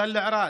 תל ערד,